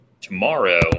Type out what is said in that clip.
tomorrow